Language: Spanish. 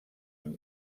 han